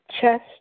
chest